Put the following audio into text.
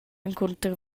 encunter